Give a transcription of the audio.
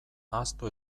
ahaztu